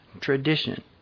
tradition